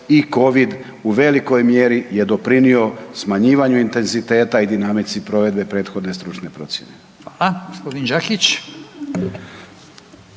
i COVID u velikoj mjeri doprinio smanjivanju intenziteta i dinamici provedbe prethodne stručne procjene. **Radin, Furio